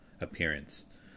appearance